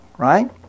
Right